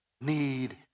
need